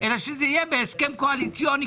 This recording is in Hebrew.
אלא הוא יהיה בהסכם קואליציוני,